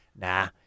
nah